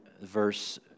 verse